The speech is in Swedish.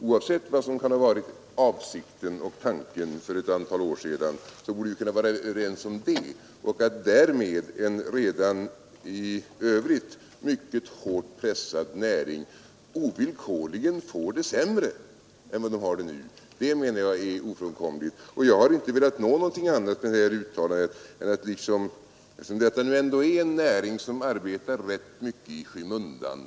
Oavsett vad som kan ha varit avsikten och tanken för en del år sedan borde vi kunna vara överens om det och om att därmed en redan i övrigt mycket hårt pressad näring ovillkorligen får det sämre än vad den har det nu. Det menar jag är ofrånkomligt. Rederinäringen arbetar rätt mycket i skymundan.